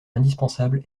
indispensable